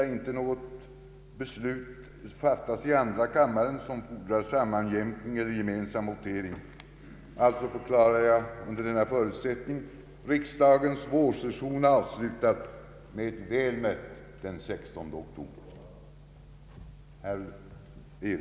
Väl mött den 16 oktober.